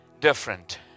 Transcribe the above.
different